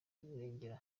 y’umurengera